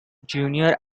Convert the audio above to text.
junior